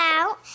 Out